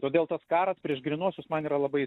todėl toks karas prieš grynuosius man yra labai